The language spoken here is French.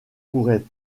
pourrait